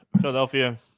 Philadelphia